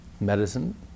medicine